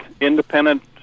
independent